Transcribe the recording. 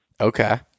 Okay